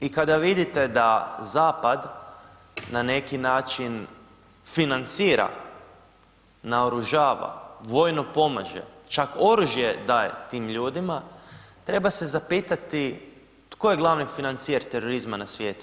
I kada vidite da zapad na neki način financira, naoružava, vojno pomaže, čak oružje daje tim ljudima, treba se zapitati tko je glavni financijer terorizma na svijetu?